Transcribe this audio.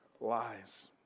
lies